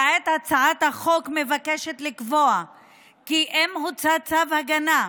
כעת הצעת החוק מבקשת לקבוע כי אם הוצא צו הגנה,